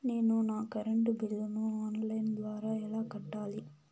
నేను నా కరెంటు బిల్లును ఆన్ లైను ద్వారా ఎలా కట్టాలి?